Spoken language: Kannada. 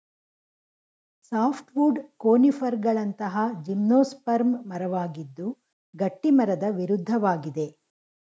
ಸಾಫ್ಟ್ವುಡ್ ಕೋನಿಫರ್ಗಳಂತಹ ಜಿಮ್ನೋಸ್ಪರ್ಮ್ ಮರವಾಗಿದ್ದು ಗಟ್ಟಿಮರದ ವಿರುದ್ಧವಾಗಿದೆ